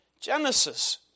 Genesis